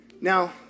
Now